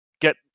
get